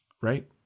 right